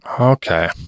Okay